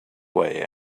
way